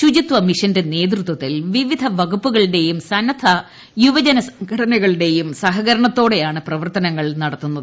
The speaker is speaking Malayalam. ശുചിത്വമിഷന്റെ നേതൃത്വത്തിൽ വിവിധ വകുപ്പുകളുടെയും സന്നദ്ധ യുവജന സംഘടനകളുടെയും സഹകരണത്തോടെയാണ് പ്രവർത്തനങ്ങൾ നടത്തുന്നത്